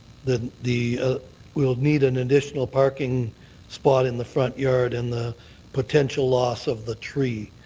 the the we'll need an additional parking spot in the front yard and the potential loss of the tree,